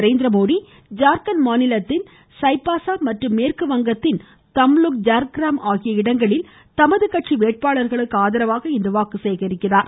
நரேந்திரமோடி ஜார்க்கண்ட் மாநிலத்தில் சய்பாஸா மற்றும் மேற்கு வங்கத்தில் தம்லுக் ஜார்கிராம் ஆகிய இடங்களில் தமது கட்சி வேட்பாளர்களுக்கு ஆதரவாக இன்று வாக்கு சேகரிக்கிறார்